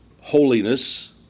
holiness